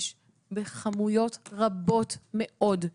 יש בכמויות רבות מאוד.